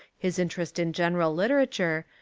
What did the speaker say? his interest in general literature,